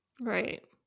Right